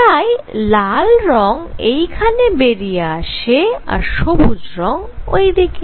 তাই লাল রঙ এইখানে বেরিয়ে আসে আর সবুজ রঙ ওইদিকে